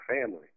family